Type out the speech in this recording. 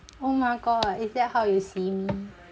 oh my god is that how you see me